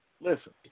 listen